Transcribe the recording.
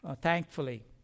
Thankfully